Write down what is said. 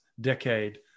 decade